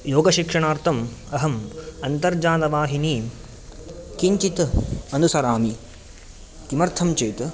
योगशिक्षणार्थम् अहम् अन्तर्जालवाहिनी किञ्चित् अनुसरामि किमर्थं चेत्